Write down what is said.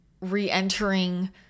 re-entering